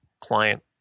client